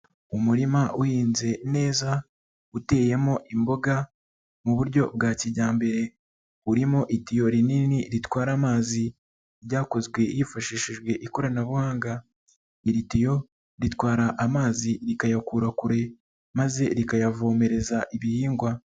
Umurima uhinze neza uteyemo imboga mu buryo bwa kijyambere, urimo itiyo rinini ritwara amazi ryakozwe hifashishijwe ikoranabuhanga. lri tiyo ritwara amazi rikayakura kure maze rikayavomereza ibihingwa.